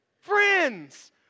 Friends